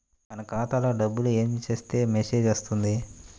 మన ఖాతాలో డబ్బులు ఏమి చేస్తే మెసేజ్ వస్తుంది?